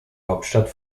hauptstadt